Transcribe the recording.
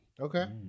okay